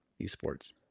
esports